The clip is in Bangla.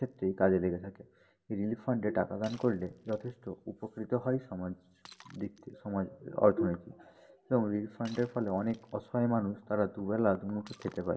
ক্ষেত্রেই কাজে লেগে থাকে এই রিলিফ ফান্ডে টাকা দান করলে যথেষ্ট উপকৃত হয় সমাজ দিক থেকে সমাজ অর্থনীতি এবং রিলিফ ফান্ডের ফলে অনেক অসহায় মানুষ তারা দুবেলা দু মুঠো খেতে পায়